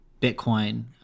bitcoin